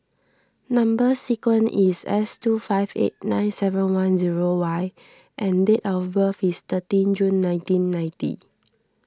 Number Sequence is S two five eight nine seven one zero Y and date of birth is thirteen June nineteen ninety